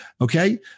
Okay